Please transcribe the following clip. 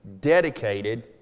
dedicated